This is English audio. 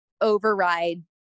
override